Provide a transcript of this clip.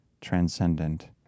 transcendent